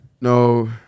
No